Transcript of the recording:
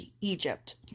Egypt